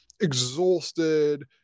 exhausted